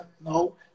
No